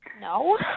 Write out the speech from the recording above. no